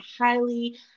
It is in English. highly